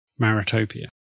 Maritopia